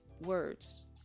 words